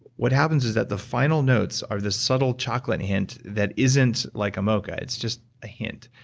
what happens is that the final notes are the subtle chocolate hint that isn't like a mocha. it's just a hint,